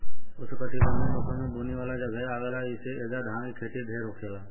उष्णकटिबंधीय मौसम में बुनी वाला जगहे आवेला जइसे ऐजा धान के खेती ढेर होखेला